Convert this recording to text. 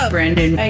Brandon